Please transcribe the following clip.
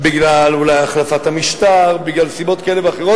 אולי בגלל החלפת המשטר, בגלל סיבות כאלה ואחרות.